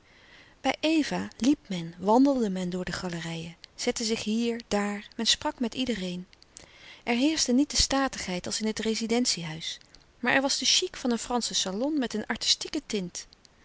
bij eva liep men wandelde men door de galerijen zette zich hier daar men sprak met iedereen er heerschte niet de statigheid als in het rezidentie-huis maar er was de chic van een franschen salon met een artistieke tint